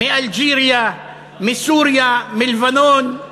מאלג'יריה, מסוריה, מלבנון,